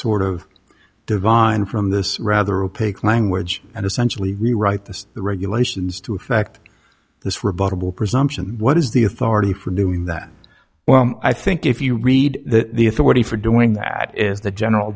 sort of divine from this rather a pig language and essentially rewrite the the regulations to effect this rebuttable presumption what is the authority for doing that well i think if you read the authority for doing that is the general